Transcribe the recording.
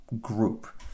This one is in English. group